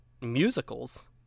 musicals